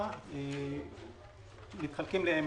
בתקופת הקורונה אנחנו לא פותחים מחלקות רגילות,